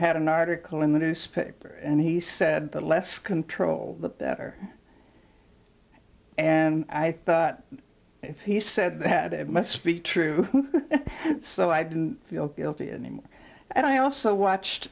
had an article in the newspaper and he said the less control the better and i thought if he said that it must be true so i do feel guilty anymore and i also watched